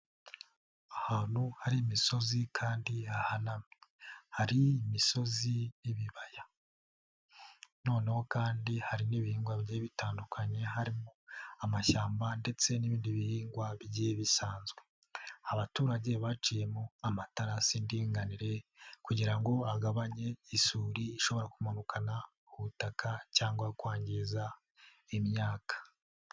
Ahantu hari imisozi kandi hahanamye. Hari imisozi n'ibibaya. Noneho kandi hari n'ibihingwa bigiye bitandukanye harimo: amashyamba ndetse n'ibindi bihingwa bigiye bisanzwe. Abaturage baciyemo amatarasi y'indinganire kugira ngo bagabanye isuri ishobora kumanukana ubutaka cyangwa kwangiza imyaka.